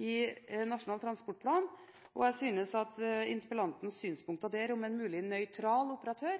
i Nasjonal transportplan, og jeg synes at interpellantens synspunkter der, om en mulig nøytral operatør,